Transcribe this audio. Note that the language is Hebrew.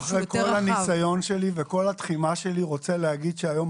אחרי כל הניסיון שלי וכל התחימה שלי רוצה להגיד שהיום,